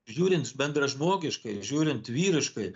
žiūrint bendražmogiškai žiūrint vyriškai